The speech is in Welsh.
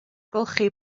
golchi